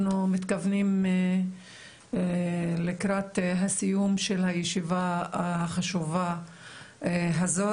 אנחנו מתכוונים לקראת הסיום של הישיבה החשובה הזאת.